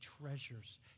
treasures